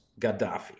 Gaddafi